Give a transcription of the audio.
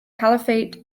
caliphate